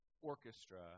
orchestra